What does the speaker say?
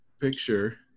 picture